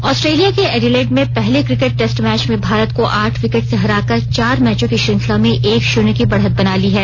Australia ने Adelaide में पहले क्रिकेट टेस्ट मैच में भारत को आठ विकेट से हराकर चार मैचों की श्रृंखला में एक शून्य की बढत बना ली है